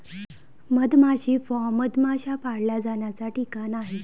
मधमाशी फार्म मधमाश्या पाळल्या जाण्याचा ठिकाण आहे